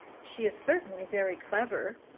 she is certainly very clever.